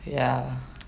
ya